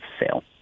sale